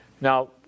Now